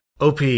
OP